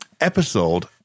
episode